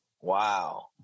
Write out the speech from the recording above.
wow